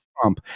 Trump